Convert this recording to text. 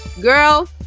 Girl